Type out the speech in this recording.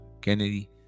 Kennedy